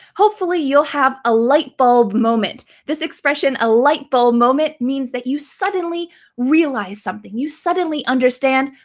hopefully you'll have a light bulb moment. this expression, a light bulb moment, means that you suddenly realize something, you suddenly understand.